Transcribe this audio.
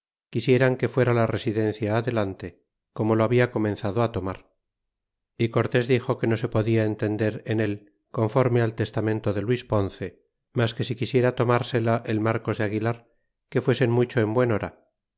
quisieran que fuera la residencia adelante como lo habla comenzado á tomar y cortés dito que no se podia entender en él conforme al testamento de luis ponce mas que si quisiera tomársela el marcos de a guilar que fuesen mucho en buen hora